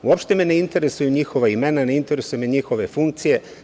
Uopšte me ne interesuju njihova imena, ne interesuju me njihove funkcije.